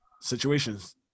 situations